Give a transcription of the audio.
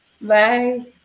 Bye